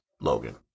Logan